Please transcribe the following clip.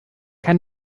kann